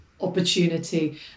opportunity